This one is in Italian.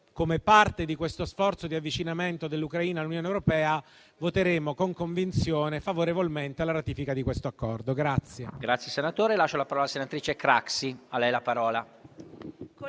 come parte di questo sforzo di avvicinamento dell'Ucraina all'Unione europea, voteremo con convinzione a favore della ratifica di questo Accordo.